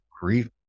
grief